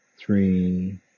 three